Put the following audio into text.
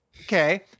Okay